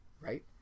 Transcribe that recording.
right